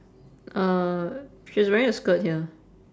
uh she's wearing a skirt here